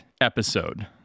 episode